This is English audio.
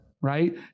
right